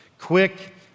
quick